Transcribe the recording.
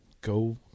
Go